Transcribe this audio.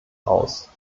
aus